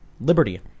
liberty